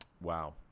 Wow